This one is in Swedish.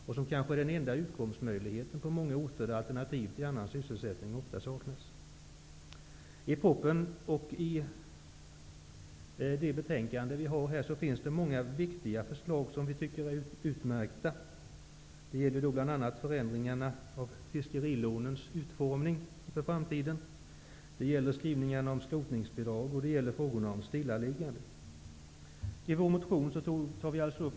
Den är på många orter den kanske enda utkomstmöjligheten, eftersom alternativ sysselsättning saknas. I propositionen och i betänkandet finns många viktiga förslag, som vi tycker är utmärkta. Det gäller bl.a. förändringarna av fiskerilånens utformning i framtiden, skrivningarna om skrotningsbidrag och stillaliggande.